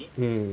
hmm